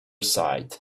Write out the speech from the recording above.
side